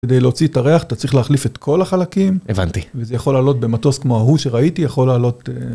כדי להוציא את הריח, אתה צריך להחליף את כל החלקים. הבנתי. וזה יכול לעלות במטוס כמו ההוא שראיתי, יכול לעלות...